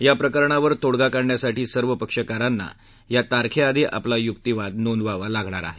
या प्रकरणावर तोडगा शोधण्यासाठी सर्व पक्षकारांना या तारखेआधी आपला युक्तीवाद नोंदवावा लागणार आहे